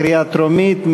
קריאה טרומית.